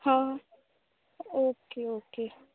हां okay okay